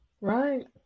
Right